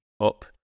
up